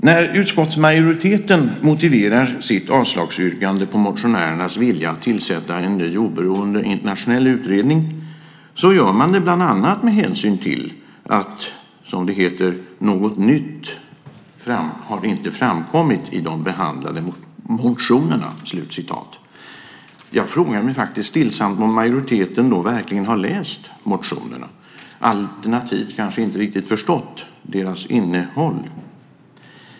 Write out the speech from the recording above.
När utskottsmajoriteten motiverar sitt avslagsyrkande på motionärernas vilja att tillsätta en ny oberoende internationell utredning gör man det bland annat med hänsyn till att inte "något nytt framkommit i de behandlade motionerna". Jag frågar mig stillsamt om majoriteten verkligen har läst motionerna, alternativt kanske inte förstått innehållet i dem?